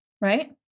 Right